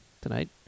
tonight